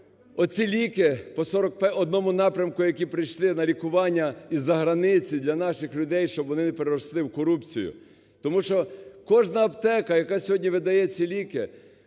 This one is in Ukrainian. оці ліки по 41 напрямку які прийшли на лікування із-за границі для наших людей, щоб вони не переросли в корупцію. Тому що кожна аптека, яка сьогодні видає ці ліки,